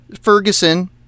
Ferguson